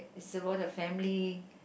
is about the family